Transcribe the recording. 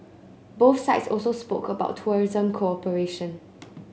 both sides also spoke about tourism cooperation